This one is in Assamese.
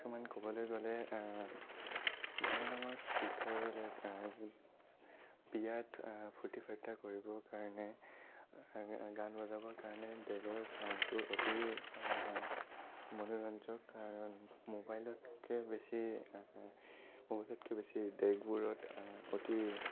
কিছুমান ক'বলৈ গ'লে ডাঙৰ ডাঙৰ স্পীকাৰবিলাক যি বিয়াত ফূৰ্তি ফাৰ্তা কৰিবৰ কাৰণে গান বজাবৰ কাৰণে ডেগৰ চাউণ্ডটো অতি মনোৰঞ্জক আৰু মোবাইলতকৈ বেছি মোবাইলতকৈ বেছি ডেগবোৰত অতি